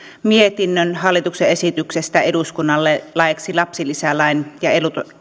mietinnön hallituksen esityksestä eduskunnalle laiksi lapsilisälain ja